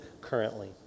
currently